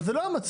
אבל זה לא המצב.